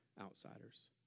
outsiders